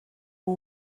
all